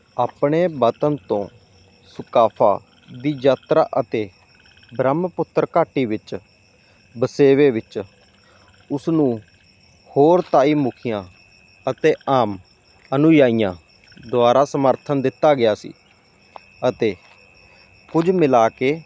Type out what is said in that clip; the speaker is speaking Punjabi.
ਆਪਣੇ ਵਤਨ ਤੋਂ ਸੁਕਾਫ਼ਾ ਦੀ ਯਾਤਰਾ ਅਤੇ ਬ੍ਰਹਮਪੁੱਤਰ ਘਾਟੀ ਵਿੱਚ ਵਸੇਬੇ ਵਿੱਚ ਉਸਨੂੰ ਹੋਰ ਤਾਈ ਮੁਖੀਆਂ ਅਤੇ ਆਮ ਅਨੁਯਾਈਆਂ ਦੁਆਰਾ ਸਮਰਥਨ ਦਿੱਤਾ ਗਿਆ ਸੀ ਅਤੇ ਕੁੱਲ ਮਿਲਾ ਕੇ